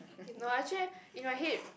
you know actually you know I hate